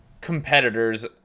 competitors